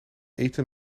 eten